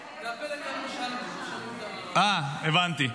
זה הפלג הירושלמי --- אה, הבנתי.